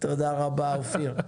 תודה רבה אופיר.